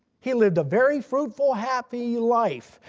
he lived a very fruitful happy life.